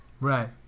Right